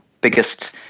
biggest